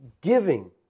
giving